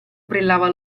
brillava